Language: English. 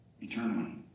eternally